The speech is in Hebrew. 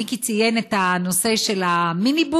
מיקי ציין את הנושא של המיניבוסים,